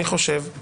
אני חושב,